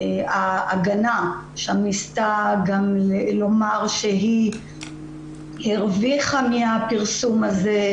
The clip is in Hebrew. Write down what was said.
ההגנה שם ניסתה לומר שהיא הרוויחה מהפרסום הזה,